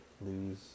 lose